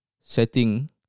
setting